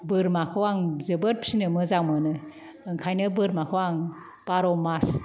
बोरमाखौ आं जोबोद फिसिनो मोजां मोनो ओंखायनो बोरमाखौ आं बार' मास